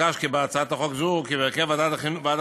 מבוקש בהצעת חוק זו כי בהרכב ועד החינוך